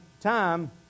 time